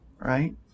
Right